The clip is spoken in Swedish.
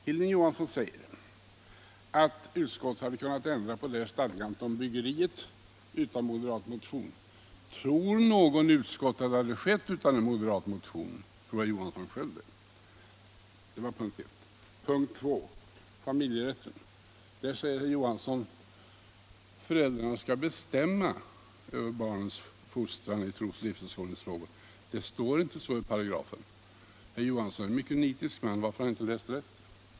Hilding Johansson säger att utskottet hade kunnat ändra stadgandet om byggeriet utan någon moderat motion. Tror någon i utskottet att det hade skett utan en motion? Tror herr Johansson själv det? — Det var punkt 1. Punkt 2 gäller familjerätten. Herr Johansson säger att vi vill att föräldrarna skall bestämma över barnens fostran i trosoch livsåskådningsfrågor. Det står inte så i paragrafen. Herr Johansson är en mycket nitisk man. Varför har han inte läst rätt?